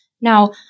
Now